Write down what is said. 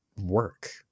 work